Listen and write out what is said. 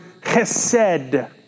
chesed